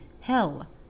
hell